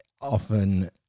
often